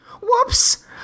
Whoops